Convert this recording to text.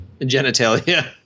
genitalia